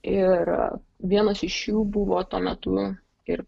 ir vienas iš jų buvo tuo metu ir